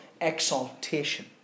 exaltation